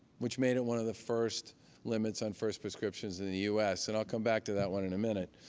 which made it one of the first limits on first prescriptions in the us. and i'll come back to that one in a minute.